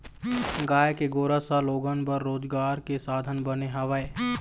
गाय के गोरस ह लोगन बर रोजगार के साधन बने हवय